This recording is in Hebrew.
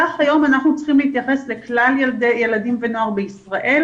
כך היום אנחנו צריכים להתייחס לכלל ילדים ונוער בישראל,